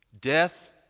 Death